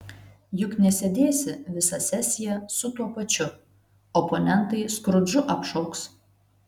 juk nesėdėsi visą sesiją su tuo pačiu oponentai skrudžu apšauks